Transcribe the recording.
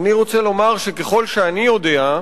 רוצה לומר שככל שאני יודע,